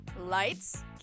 lights